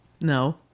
No